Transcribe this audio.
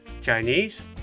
Chinese